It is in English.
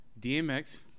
DMX